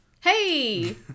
Hey